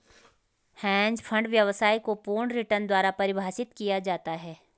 hedge fund व्यवसाय को पूर्ण रिटर्न द्वारा परिभाषित किया जाता है